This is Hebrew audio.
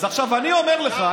אז עכשיו אני אומר לך,